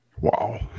Wow